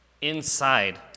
inside